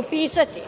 upisati.